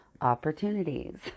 opportunities